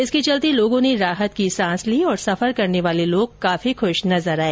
इसके चलते लोगों ने राहत की सांस ली और सफर करने वाले लोग काफी ख्र्श नजर आए